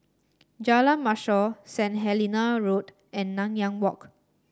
Jalan Mashor Saint Helena Road and Nanyang Walk